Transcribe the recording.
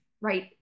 right